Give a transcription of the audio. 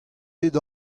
bet